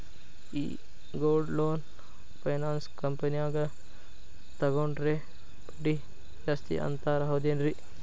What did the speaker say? ಈ gold loan finance ಕಂಪನ್ಯಾಗ ತಗೊಂಡ್ರೆ ಬಡ್ಡಿ ಜಾಸ್ತಿ ಅಂತಾರ ಹೌದೇನ್ರಿ?